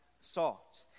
salt